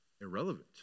irrelevant